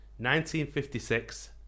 1956